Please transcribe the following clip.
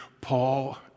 Paul